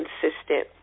consistent